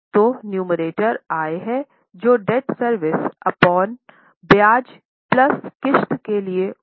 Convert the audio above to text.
तो नुमरेटर आय है जो डेब्ट सर्विस अपॉन ब्याज प्लस किस्त के लिए उपलब्ध हैं